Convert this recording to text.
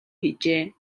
хийжээ